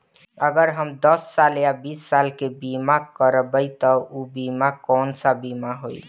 अगर हम दस साल या बिस साल के बिमा करबइम त ऊ बिमा कौन सा बिमा होई?